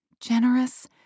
generous